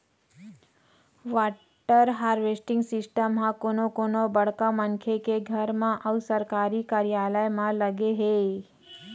water harvesting system ह कोनो कोनो बड़का मनखे के घर म अउ सरकारी कारयालय म लगे हे